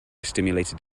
stimulated